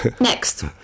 next